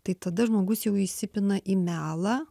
tai tada žmogus jau įsipina į melą